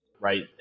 right